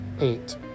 eight